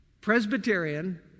Presbyterian